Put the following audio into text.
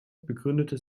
begründete